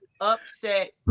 upset